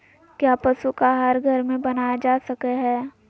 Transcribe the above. क्या पशु का आहार घर में बनाया जा सकय हैय?